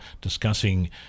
discussing